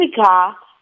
Africa